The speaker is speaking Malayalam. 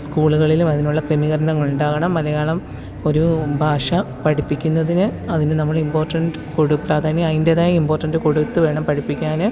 സ്കൂളുകളിലും അതിനുള്ള ക്രമീകരണങ്ങളുണ്ടാകണം മലയാളം ഒരു ഭാഷ പഠിപ്പിക്കുന്നതിന് അതിന് നമ്മള് ഇമ്പോര്ട്ടന്സ് കൊടുത്താ തന്നെ അതിന്റേതായ ഇമ്പോര്ട്ടന്സ് കൊടുത്ത് വേണം പഠിപ്പിക്കാന്